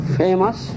famous